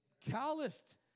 calloused